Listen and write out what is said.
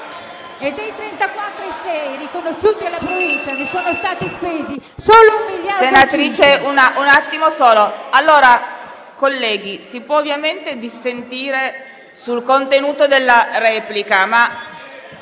E dei 34,6 riconosciuti alla Provincia ne sono stati spesi solo… *(Commenti)*. PRESIDENTE. Senatrice, un attimo solo. Allora, colleghi, si può ovviamente dissentire sul contenuto della replica.